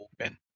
open